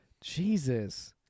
Jesus